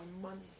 money